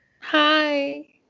Hi